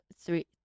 three